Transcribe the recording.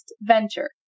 venture